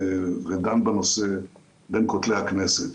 ודן בנושא בין כותלי הכנסת.